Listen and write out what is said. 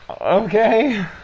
okay